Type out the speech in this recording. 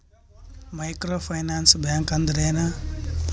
Micro finance bank ಅಂದ್ರ ಏನು?